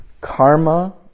karma